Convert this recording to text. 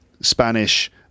spanish